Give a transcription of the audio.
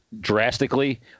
drastically